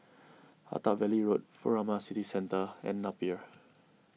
Attap Valley Road Furama City Centre and Napier